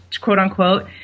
quote-unquote